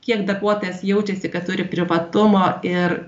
kiek darbuotojas jaučiasi kad turi privatumo ir